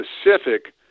specific